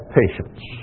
patience